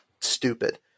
stupid